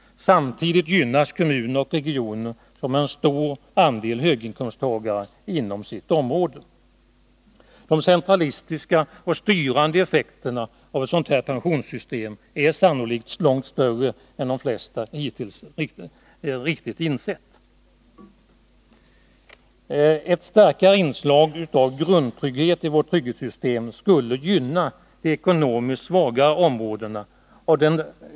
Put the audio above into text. Samtidigt gynnas kommuner och regioner som har en stor andel höginkomsttagare inom sitt område. De centralistiska och styrande effekterna av ett sådant här pensionssystem är sannolikt långt större än de flesta hittills riktigt insett. Ett starkare inslag av grundtrygghet i vårt trygghetssystem skulle gynna de ekonomiskt svagare områdena.